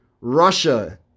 Russia